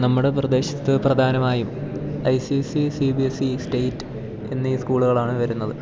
നമ്മുടെ പ്രദേശത്ത് പ്രധാനമായും I C S C C B S E state എന്നി സ്കൂളുകളാണ് വരുന്നത്